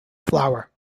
flower